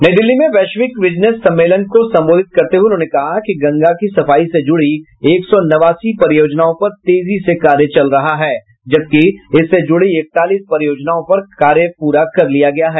नई दिल्ली में वैश्विक बिजनेस सम्मेलन को संबोधित करते हुए उन्होंने कहा कि गंगा की सफाई से जुड़ी एक सौ नवासी परियोजनाओं पर तेजी से कार्य चल रहा है जबकि इससे जुड़ी इकतालीस परियोजनाओं पर काम पूरा कर लिया गया है